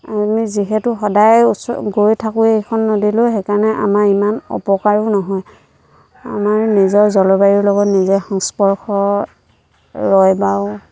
আমি যিহেতু সদায় ওচ গৈয়ে থাকোঁ এইখন নদীলৈ সেইকাৰণে আমাৰ ইমান অপকাৰো নহয় আমাৰ নিজৰ জলবায়ুৰ লগত নিজে সংস্পৰ্শ ৰয় বা